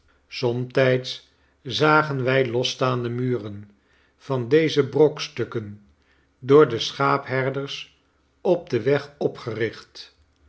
somtijds zagen wij losstaande muren van deze brokstukken door de schaapherders op den weg opgericht